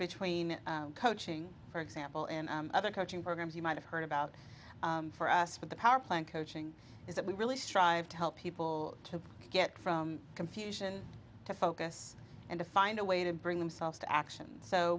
between coaching for example and other coaching programs you might have heard about for us from the powerplant coaching is that we really strive to help people to get from confusion to focus and to find a way to bring themselves to action so